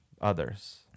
Others